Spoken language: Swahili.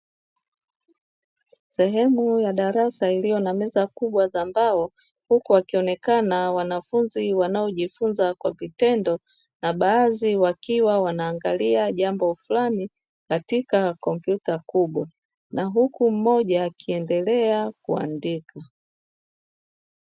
Sehemu ya darasa iliyo na meza kubwa za mbao, huku wakionekana wanafunzi wanaojifunza kwa vitendo, na baadhi wakiwa wanaangalia jambo fulani katika komyuta kubwa; na huku mmoja akiendelea kuandika.